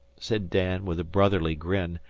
said dan, with a brotherly grin,